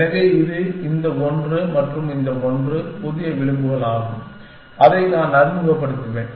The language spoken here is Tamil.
எனவே இது இந்த ஒன்று மற்றும் இந்த ஒன்று புதிய விளிம்புகள் ஆகும் அதை நான் அறிமுகப்படுத்துவேன்